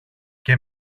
και